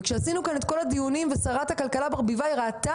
עשינו כאן דיונים ושרת הכלכלה ברביבאי ראתה